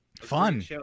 Fun